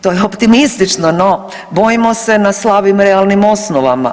To je optimistično, no bojimo se na slabim realnim osnovama.